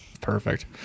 Perfect